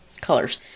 colors